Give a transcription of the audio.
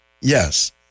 Yes